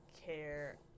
care